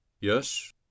Yes